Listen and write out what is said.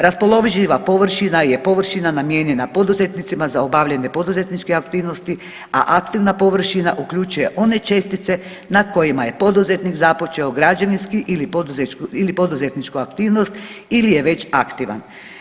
Raspoloživa površina je površina namijenjena poduzetnicima za obavljanje poduzetničke aktivnosti, a aktivna površina uključuje one čestice na kojima je poduzetnik započeo građevinski ili poduzetničku aktivnost ili je već aktivan.